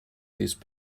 these